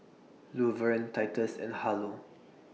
Luverne Titus and Harlow